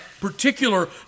particular